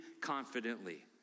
confidently